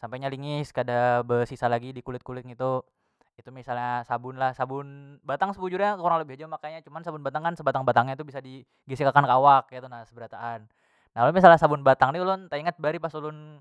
sampai nya lingis kada besisa lagi dikulit- kulit ngitu itu misalnya sabun lah sabun batang sebujurnya kurang lebih haja makainya cuman sabun batang kan sebatang- batangnya tu bisa di geser akan ke awak ketu na seberataan na misalnya sabun batang ni teingat bahari pas ulun.